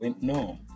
No